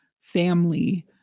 family